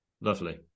lovely